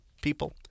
people